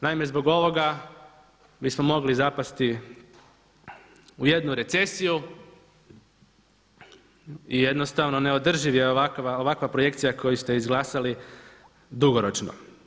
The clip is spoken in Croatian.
Naime zbog ovoga bismo mogli zapasti u jednu recesiju i jednostavno neodrživa je ovakva projekcija koju ste izglasali dugoročno.